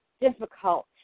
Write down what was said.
difficult